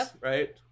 right